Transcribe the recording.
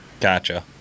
Gotcha